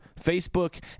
Facebook